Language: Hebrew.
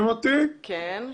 כן.